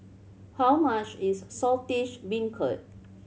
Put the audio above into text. how much is Saltish Beancurd